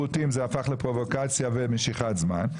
זה עניין של כליות, זה בסדר.